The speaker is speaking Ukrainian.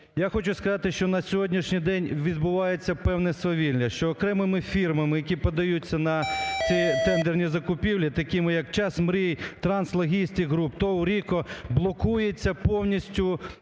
Я хочу сказати, що на сьогоднішній день відбувається певне свавілля, що окремими фірмами, які подаються на ці тендерні закупівлі, такі як "Час мрії", "Транслогістігруп", ТОВ "Ріко" блокується повністю